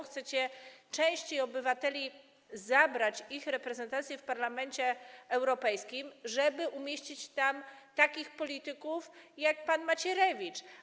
Chcecie części obywateli zabrać ich reprezentację w Parlamencie Europejskim, żeby umieścić tam takich polityków, jak pan Macierewicz.